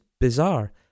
bizarre